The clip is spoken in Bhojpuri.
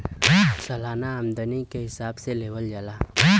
सालाना आमदनी के हिसाब से लेवल जाला